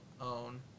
own